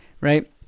right